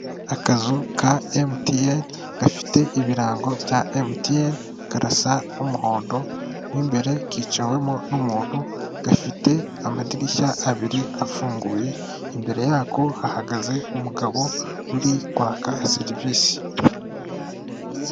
Akazu ka emutiyeni gafite ibirango bya emutiyeni karasa umuhondo, mo imbere kicawemo n'umuntu gafite amadirishya abiri afunguye, imbere yako hahagaze umugabo uri kwaka serivisi.